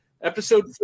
episode